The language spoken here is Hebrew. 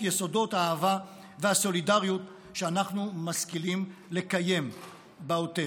יסודות האהבה והסולידריות שאנחנו משכילים לקיים בעוטף.